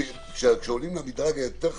כשעולים למדרג היותר חמור,